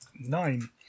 nine